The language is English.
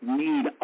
need